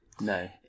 No